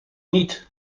niet